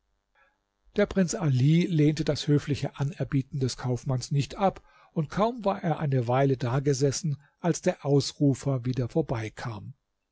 der prinz ali lehnte das höfliche anerbieten des kaufmanns nicht ab und kaum war er eine weile da gesessen als der ausrufer wieder vorbeikam